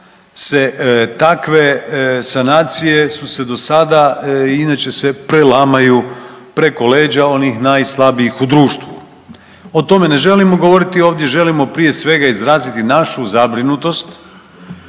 takve sanacije su se do sada, inače se prelamaju preko leđa onih najslabijih u društvu. O tome ne želimo govoriti, ovdje želimo prije svega izraziti našu zabrinutost